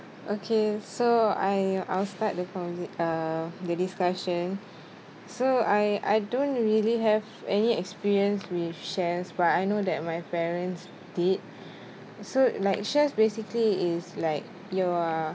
okay so I I'll start the conv~ uh the discussion so I I don't really have any experience with shares but I know that my parents did so like shares basically is like your